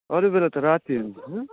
अरू बेला त राति हुन्थ्यो होइन